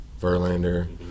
verlander